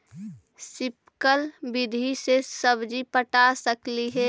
Sprinkle विधि से सब्जी पटा सकली हे?